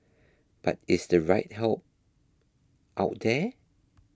but is the right help out there